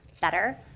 better